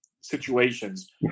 situations